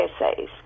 essays